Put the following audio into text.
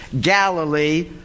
Galilee